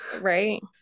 right